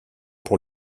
pour